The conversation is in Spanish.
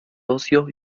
ocio